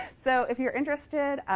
so if you're interested,